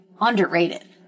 underrated